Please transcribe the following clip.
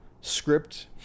script